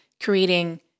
creating